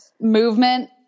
movement